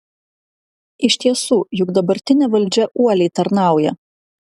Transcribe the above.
iš tiesų juk dabartinė valdžia uoliai tarnauja